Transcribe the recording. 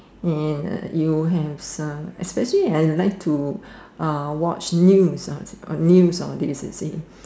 and uh you have some especially I like to uh watch news uh news all these you see